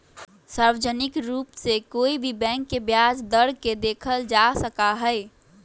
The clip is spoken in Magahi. सार्वजनिक रूप से कोई भी बैंक के ब्याज दर के देखल जा सका हई